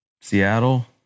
Seattle